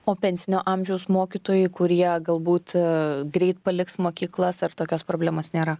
o pensinio amžiaus mokytojai kurie galbūt greit paliks mokyklas ar tokios problemos nėra